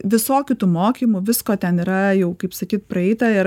visokių tų mokymų visko ten yra jau kaip sakyt praeita ir